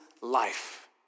life